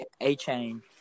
A-Chain